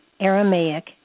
Aramaic